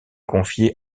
confiée